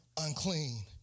unclean